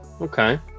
Okay